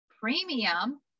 premium